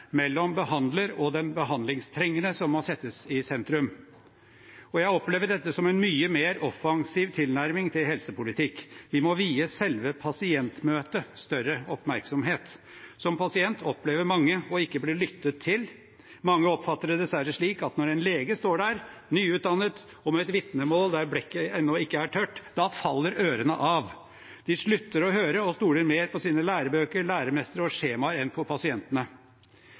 mellom behandler og den behandlingstrengende som må settes i sentrum. Og jeg opplever dette som en mye mer offensiv tilnærming til helsepolitikk. Vi må vie selve pasientmøtet større oppmerksomhet. Som pasient opplever mange å ikke bli lyttet til. Mange oppfatter det dessverre slik at når en lege står der nyutdannet og med et vitnemål der blekket ennå ikke er tørt – da faller ørene av! De slutter å høre og stoler mer på sine lærebøker, læremestre og skjemaer enn på pasientene.